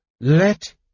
Let